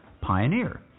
Pioneer